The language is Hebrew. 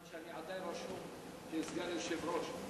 אני עדיין רשום כסגן יושב-ראש,